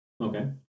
Okay